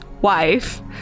wife